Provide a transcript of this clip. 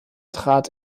trat